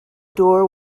door